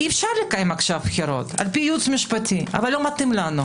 כי אפשר לקיים עכשיו בחירות על פי הייעוץ המשפטי אבל לא נותנים לנו.